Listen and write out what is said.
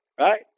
right